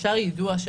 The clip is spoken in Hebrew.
יידוע של